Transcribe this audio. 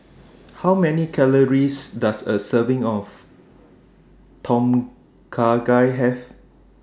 How Many Calories Does A Serving of Tom Kha Gai Have